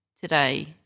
today